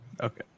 Okay